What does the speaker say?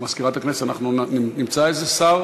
מזכירת הכנסת, אנחנו נמצא איזה שר